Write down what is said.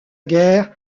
guerre